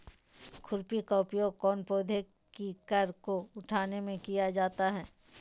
खुरपी का उपयोग कौन पौधे की कर को उठाने में किया जाता है?